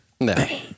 No